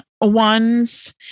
ones